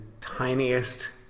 tiniest